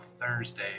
Thursday